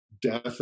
Death